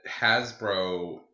Hasbro